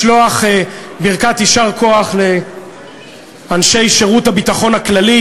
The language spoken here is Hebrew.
לשלוח ברכת יישר כוח לאנשי שירות הביטחון הכללי,